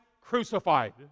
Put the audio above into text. crucified